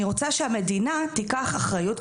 אני רוצה שהמדינה תיקח אחריות.